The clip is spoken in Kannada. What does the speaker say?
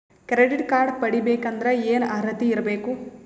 ಕ್ರೆಡಿಟ್ ಕಾರ್ಡ್ ಪಡಿಬೇಕಂದರ ಏನ ಅರ್ಹತಿ ಇರಬೇಕು?